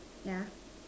yeah